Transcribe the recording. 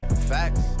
Facts